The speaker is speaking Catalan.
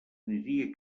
aniria